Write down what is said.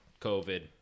COVID